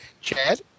Chad